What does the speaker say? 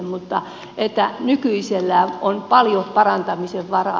mutta nykyisellään on paljon parantamisen varaa